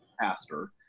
pastor